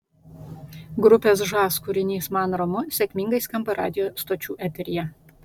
grupės žas kūrinys man ramu sėkmingai skamba radijo stočių eteryje